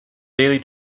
daily